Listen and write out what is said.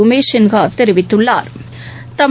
உமேஷ் சின்ஹா தெரிவித்துள்ளா்